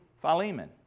Philemon